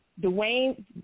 Dwayne